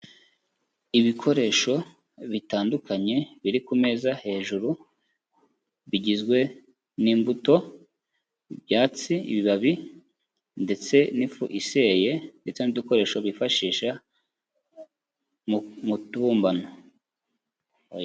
Ibikoresho bitandukanye biri ku meza hejuru bigizwe n'imbuto, byatsi, ibibabi ndetse n'ifu iseye ndetse n'ibikoresho bifashisha mu tumbano.